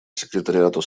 секретариату